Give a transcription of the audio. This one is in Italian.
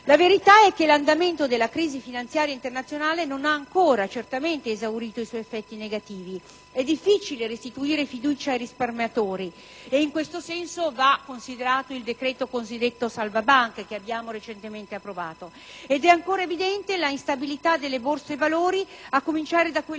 La verità è che l'andamento della crisi finanziaria internazionale non ha ancora esaurito i suoi effetti negativi. E' difficile restituire fiducia ai risparmiatori (e in questo senso va considerato il decreto cosiddetto salva banche recentemente approvato) ed è ancora evidente la instabilità delle Borse valori, da quelle